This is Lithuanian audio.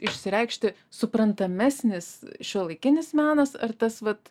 išsireikšti suprantamesnis šiuolaikinis menas ar tas vat